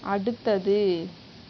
அடுத்தது